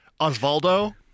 Osvaldo